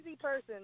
person